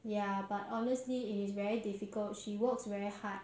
ya but honestly it is very difficult she works very hard